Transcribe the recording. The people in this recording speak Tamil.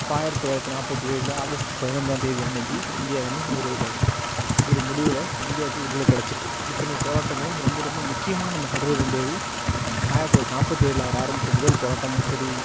இப்போ ஆயிரத்தி தொள்ளாயிரத்தி நாற்பத்தி ஏழில் ஆகஸ்ட் பதினஞ்சாந்தேதி அன்றைக்கு இந்தியா வந்து ஒரு காட் ஒரு முடிவில் இந்தியாக்கு விடுதலை கிடைச்சிட்டுது இத்தனை போராட்டங்களும் ரொம்ப ரொம்ப முக்கியமாக நம்ம கருத வேண்டியது ஆயிரத்தி தொள்ளாயிரத்தி நாற்பத்தி ஏழில் அவர் ஆரம்பித்த முதல் போராட்டமும் சரி